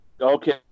Okay